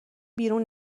بیرون